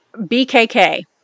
BKK